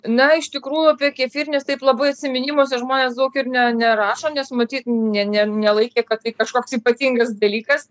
na iš tikrųjų apie kefyrines taip labai atsiminimuose žmonės daug ir ne nerašo nes matyt ne ne nelaikė kad tai kažkoks ypatingas dalykas